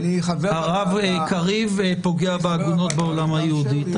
הרב קריב פוגע בעגונות בעולם היהודי.